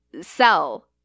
sell